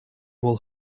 will